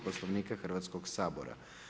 Poslovnika Hrvatskog sabora.